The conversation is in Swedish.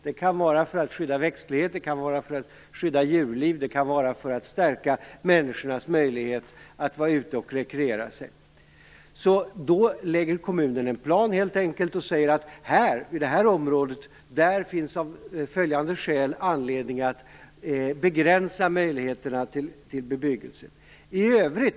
Det kan vara för att skydda växtlighet, för att skydda djurliv eller för att stärka människornas möjligheter att vara ute och rekreera sig. Då lägger kommunen helt enkelt en plan och säger att det i ett område av vissa skäl finns anledning att begränsa möjligheterna till bebyggelse.